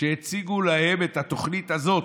כשהציגו להם את התוכנית הזאת,